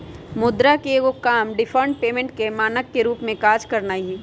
मुद्रा के एगो काम डिफर्ड पेमेंट के मानक के रूप में काज करनाइ हइ